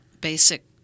basic